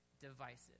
divisive